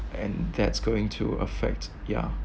and that's going to affect ya